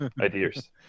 ideas